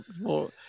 more